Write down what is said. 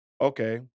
okay